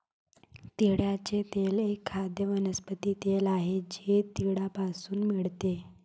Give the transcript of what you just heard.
तिळाचे तेल एक खाद्य वनस्पती तेल आहे जे तिळापासून मिळते